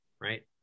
right